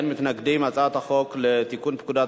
ההצעה להעביר את הצעת חוק לתיקון פקודת